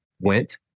went